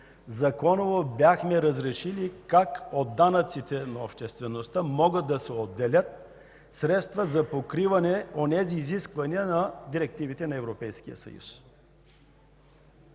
законово бяхме разрешили как от данъците на обществеността могат да се отделят средства за покриване на онези изисквания на директивите на Европейския съюз.